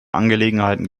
angelegenheiten